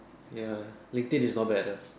ya Linked In is not bad ah